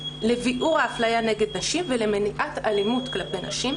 לביעור האפליה נגד נשים ולמניעת אלימות כלפי נשים,